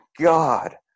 God